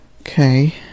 Okay